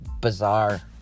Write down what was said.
bizarre